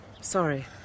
Sorry